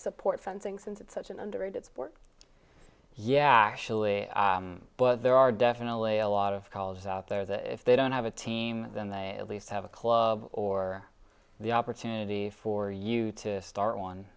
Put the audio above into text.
support fencing since it's such an underrated sport yeah actually but there are definitely a lot of colleges out there that if they don't have a team then they at least have a club or the opportunity for you to start one